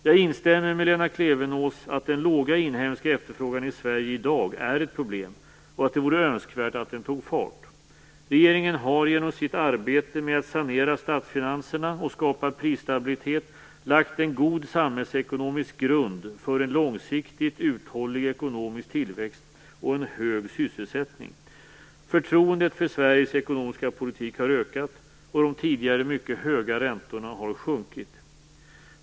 Jag instämmer med Lena Klevenås att den låga inhemska efterfrågan i Sverige i dag är ett problem och att det vore önskvärt att den tog fart. Regeringen har genom sitt arbete med att sanera statsfinanserna och skapa prisstabilitet lagt en god samhällsekonomisk grund för en långsiktigt uthållig ekonomisk tillväxt och en hög sysselsättning. Förtroendet för Sveriges ekonomiska politik har ökat, och de tidigare mycket höga räntorna har sjunkit.